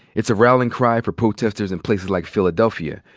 it's a rallying cry for protesters in places like philadelphia,